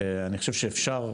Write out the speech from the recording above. אני חושב שאפשר,